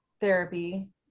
therapy